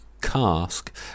cask